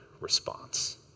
response